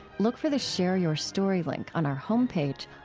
look for the share your story link on our home page,